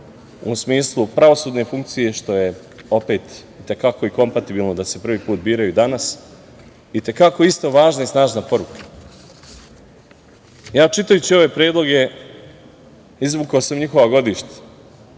u smislu pravosudne funkcije, što je opet i te kako kompatibilno da se prvi put biraju danas, i te kako isto važna i snažna poruka. Čitajući ove predloge, izvukao sam njihova godišta,